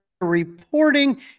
reporting